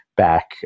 Back